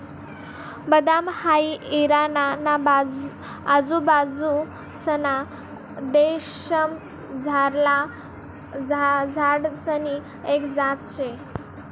बदाम हाई इराणा ना आजूबाजूंसना देशमझारला झाडसनी एक जात शे